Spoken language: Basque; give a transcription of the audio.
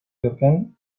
yorken